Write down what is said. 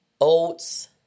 oats